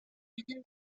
менин